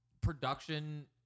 production